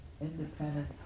independent